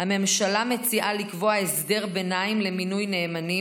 הממשלה מציעה לקבוע הסדר ביניים למינוי נאמנים